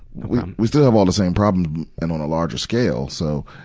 we, um we still have all the same problems and on a large scale. so,